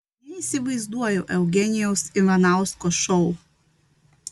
neįsivaizduoju eugenijaus ivanausko šou